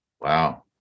Wow